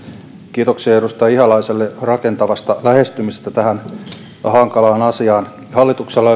kiitoksia edustaja ihalaiselle rakentavasta lähestymisestä tähän hankalaan asiaan hallituksella